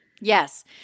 Yes